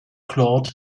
claude